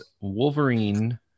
Wolverine